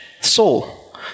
soul